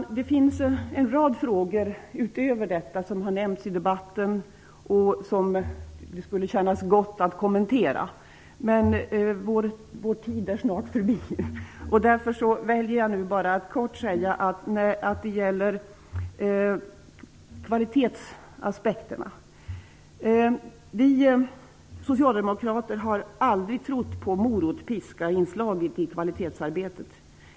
Härutöver har i debatten en rad frågor nämnts, som det skulle kännas gott att kommentera. Men tiden är knapp. Därför väljer jag nu bara att kort säga något om kvalitetsaspekterna. Vi socialdemokrater har aldrig trott på morotpiska-inslaget i kvalitetsarbetet.